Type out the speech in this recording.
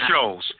shows